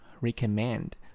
recommend